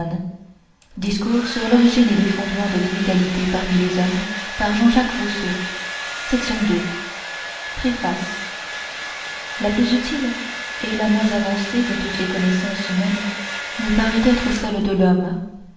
j j rousseau préface la plus utile et la moins avancée de toutes les connaissances humaines me paraît être celle de l'homme